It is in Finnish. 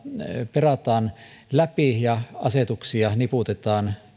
perataan läpi ja asetuksia niputetaan